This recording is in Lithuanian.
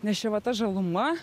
nes čia va ta žaluma